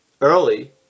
early